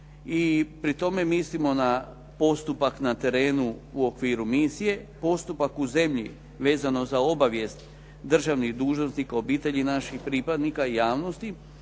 pri tome mislimo na postupak na terenu u okviru misije, postupak u zemlji vezano za obavijest državnih dužnosnika, obitelji naših pripadnika i javnosti,